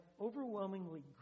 overwhelmingly